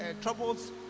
troubles